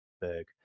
Berg